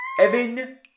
Evan